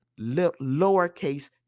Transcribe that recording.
lowercase